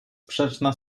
sprzeczna